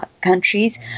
countries